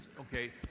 Okay